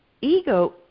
ego